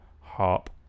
harp